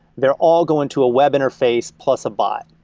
they're all going to a web interface, plus a bot.